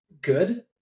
good